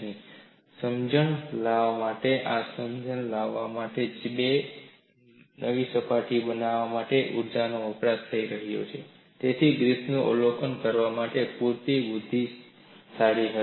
આ સમજણ લાવવા માટેઆ સમજણ લાવવા માટે બે નવી સપાટી બનાવવા માટે ઊર્જાનો વપરાશ થઈ રહ્યો છે તેવું ગ્રિફિથ અવલોકન કરવા માટે પૂરતી બુદ્ધિશાળી હતી